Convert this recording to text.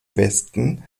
westen